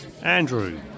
Andrew